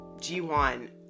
jiwan